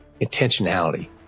intentionality